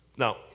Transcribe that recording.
Now